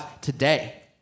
today